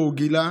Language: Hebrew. פה הוא גילה,